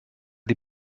die